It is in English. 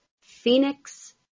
Phoenix